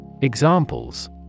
Examples